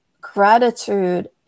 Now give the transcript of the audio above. gratitude